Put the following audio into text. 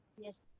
Yes